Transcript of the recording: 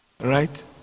Right